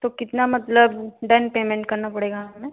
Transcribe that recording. तो कितना मतलब डन पेमेन्ट करना पड़ेगा हमें